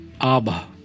Abba